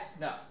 no